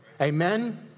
Amen